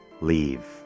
leave